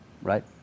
Right